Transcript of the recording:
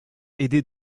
aidée